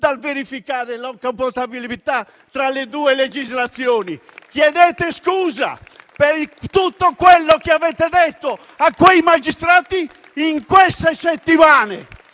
dal verificare la compatibilità tra le due legislazioni. Chiedete scusa per tutto quello che avete detto a quei magistrati in queste settimane!